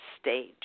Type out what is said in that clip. stage